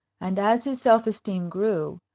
and as his self-esteem grew,